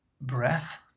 breath